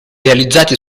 realizzati